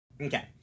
Okay